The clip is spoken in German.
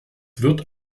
wird